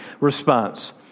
response